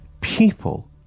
people